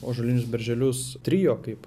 ožolinius berželius trio kaip